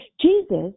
Jesus